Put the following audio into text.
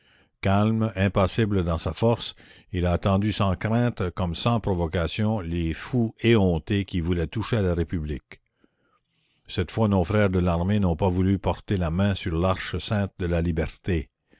calme impassible dans sa force il a attendu sans crainte comme sans provocation les fous éhontés qui voulaient toucher à la république cette fois nos frères de l'armée n'ont pas voulu porter la main sur l'arche sainte de la liberté